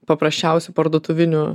paprasčiausių parduotuvinių